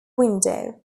window